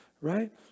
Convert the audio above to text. Right